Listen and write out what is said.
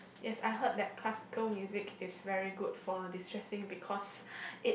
yes I heard that classical music is very good for destressing because it